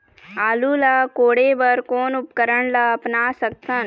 आलू ला कोड़े बर कोन उपकरण ला अपना सकथन?